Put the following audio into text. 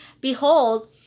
Behold